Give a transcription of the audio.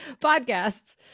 podcasts